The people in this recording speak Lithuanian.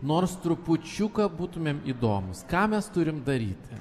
nors trupučiuką būtumėm įdomūs ką mes turim daryti